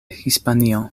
hispanio